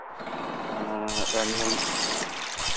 ᱟᱨ ᱨᱟᱱ ᱡᱚᱢ